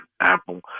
Apple